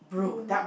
blue